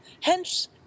Hence